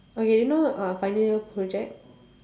okay you know uh final year project